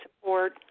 support